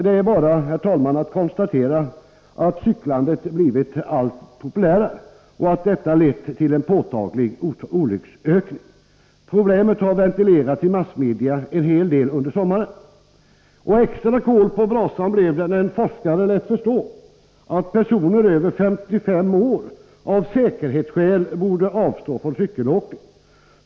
Det är bara att konstatera att cyklandet har blivit allt populärare och att detta lett till en påtaglig ökning av 133 antalet olyckor. Problemet har ventilerats en hel del i massmedia under sommaren. Extra kol på brasan blev det när en forskare lät förstå att personer över 55 år av säkerhetsskäl borde avstå från cykelåkning.